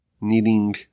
needing